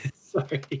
Sorry